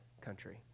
country